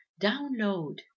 download